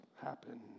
happen